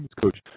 coach